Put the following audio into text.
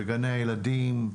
בגני הילדים,